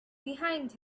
behind